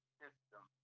system